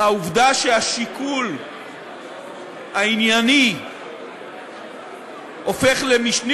העובדה שהשיקול הענייני הופך למשני